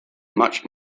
much